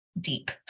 deep